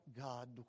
God